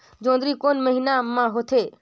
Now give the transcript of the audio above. जोंदरी कोन महीना म होथे?